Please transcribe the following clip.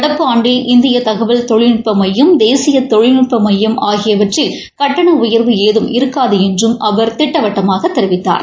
நடப்பு ஆண்டில் இந்திய தகவல் தொழில்நட்ப மையம் தேசிய தொழில்நட்ப மையம் ஆகியவற்றில் கட்டண உயர்வு ஏதும் இருக்காது என்றும் அவர் திட்டவட்டமாகத் தெரிவித்தார்